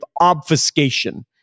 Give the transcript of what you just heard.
obfuscation